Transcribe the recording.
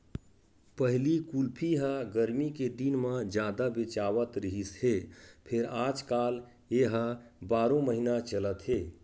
पहिली कुल्फी ह गरमी के दिन म जादा बेचावत रिहिस हे फेर आजकाल ए ह बारो महिना चलत हे